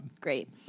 Great